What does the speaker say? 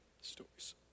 stories